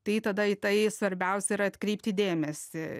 tai tada į tai svarbiausia yra atkreipti dėmesį